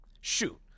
Shoot